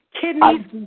Kidneys